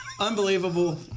Unbelievable